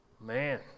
man